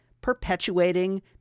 perpetuating